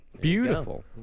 Beautiful